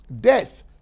Death